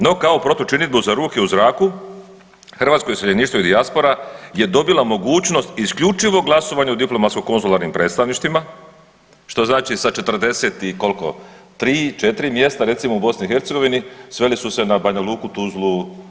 No kao protučinidbu za ruke u zraku hrvatsko iseljeništvo i dijaspora je dobila mogućnost isključivo glasovanje u diplomatsko-konzularnim predstavništvima što znači sa 40 i koliko 3, 4 mjesta recimo u Bosni i Hercegovini sveli su se na Banja Luku, Tuzlu.